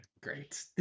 great